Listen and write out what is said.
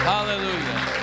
Hallelujah